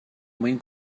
mwyn